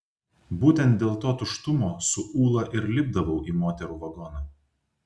būtent dėl to tuštumo su ūla ir lipdavau į moterų vagoną